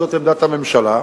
זאת עמדת הממשלה,